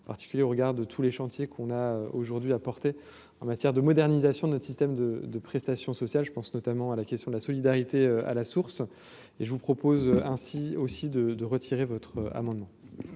particulier au regard de tous les chantiers qu'on a aujourd'hui apporter en matière de modernisation de notre système de de prestations sociales, je pense notamment à la question de la solidarité à la source, et je vous propose ainsi aussi de de retirer votre amendement.